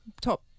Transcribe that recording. top